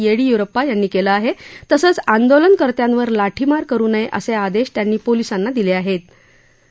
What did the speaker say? यष्ठीय्रप्पा यांनी कालं आह तसंच आंदोलनकर्त्यांवर लाठीमार करु नय अस आदश त्यांनी पोलिसांना दिल आहम्र